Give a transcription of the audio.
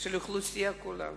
מהאוכלוסייה כולה,